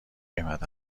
قیمت